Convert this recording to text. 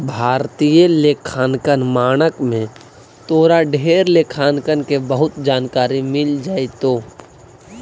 भारतीय लेखांकन मानक में तोरा ढेर लेखांकन के बहुत जानकारी मिल जाएतो